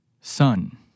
Sun